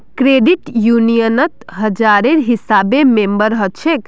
credit यूनियनत हजारेर हिसाबे मेम्बर हछेक